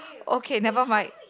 okay nevermind